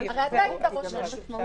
הרי אתה היית ראש רשות,